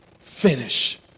finish